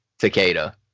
Takeda